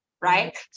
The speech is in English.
right